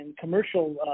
commercial